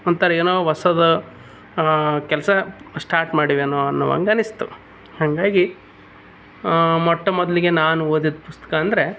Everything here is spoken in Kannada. ಒಂಥರ ಏನೋ ಹೊಸದು ಕೆಲಸ ಸ್ಟಾರ್ಟ್ ಮಾಡಿವೆನೋ ಅನ್ನೋ ಹಂಗ ಅನಿಸ್ತು ಹಂಗಾಗಿ ಮೊಟ್ಟ ಮೊದಲಿಗೆ ನಾನು ಓದಿದ ಪುಸ್ತಕ ಅಂದರೆ